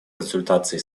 консультации